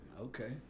okay